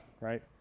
right